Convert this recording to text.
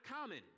common